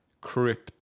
crypt